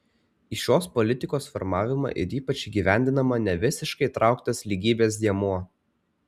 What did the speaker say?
į šios politikos formavimą ir ypač įgyvendinimą nevisiškai įtrauktas lygybės dėmuo